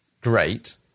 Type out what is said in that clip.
great